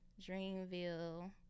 Dreamville